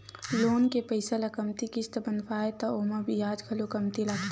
loan के पइसा ल कमती किस्त बंधवाबे त ओमा बियाज घलो कमती लागथे